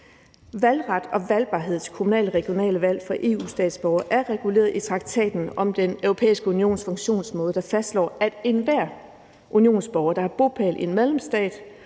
Valgret og valgbarhed til kommunale og regionale valg for EU-statsborgere er reguleret i Traktaten om Den Europæiske Unions funktionsmåde, der fastslår, at enhver unionsborger, der har bopæl i en medlemsstat,